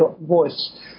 voice